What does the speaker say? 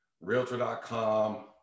Realtor.com